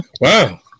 Wow